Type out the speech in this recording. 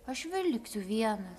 aš vėl liksiu vienas